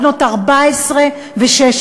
בנות 14 ו-16.